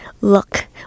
look